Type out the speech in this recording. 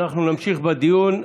אנחנו נמשיך בדיון.